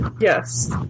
Yes